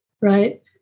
right